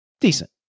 Decent